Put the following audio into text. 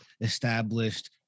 established